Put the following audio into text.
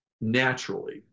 naturally